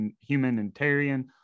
humanitarian